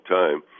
time